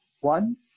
One